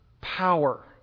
power